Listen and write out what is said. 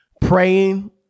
praying